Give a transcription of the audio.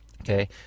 okay